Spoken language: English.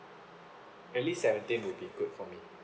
really seventeen would be good for me